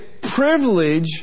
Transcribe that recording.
privilege